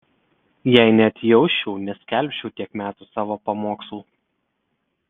jei neatjausčiau neskelbčiau tiek metų savo pamokslų